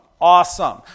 awesome